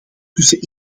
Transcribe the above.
tussen